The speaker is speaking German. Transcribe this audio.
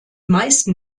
meisten